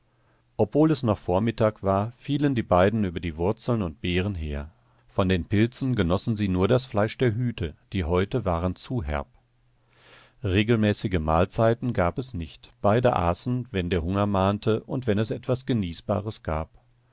obwohl es noch vormittag war fielen die beiden über die wurzeln und beeren her von den pilzen genossen sie nur das fleisch der hüte die häute waren zu herb regelmäßige mahlzeiten gab es nicht beide aßen wenn der hunger mahnte und wenn es etwas genießbares gab